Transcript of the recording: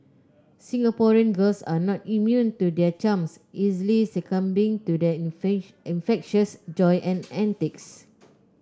Singaporean girls are not immune to their charms easily succumbing to their infectious joy and antics